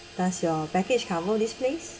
does your package cover this place